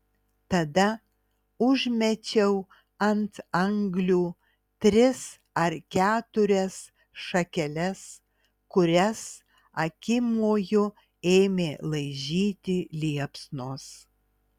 tada užmečiau ant anglių tris ar keturias šakeles kurias akimoju ėmė laižyti liepsnos